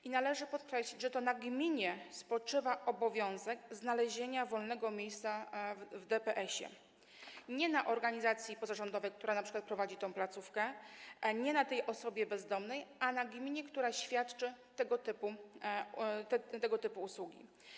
I należy podkreślić, że to na gminie spoczywa obowiązek znalezienia wolnego miejsca w DPS-ie, nie na organizacji pozarządowej, która np. prowadzi tę placówkę, nie na tej osobie bezdomnej, a na gminie, która świadczy tego typu usługi.